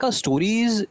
stories